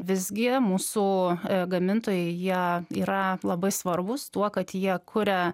visgi mūsų gamintojai jie yra labai svarbūs tuo kad jie kuria